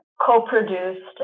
co-produced